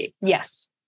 yes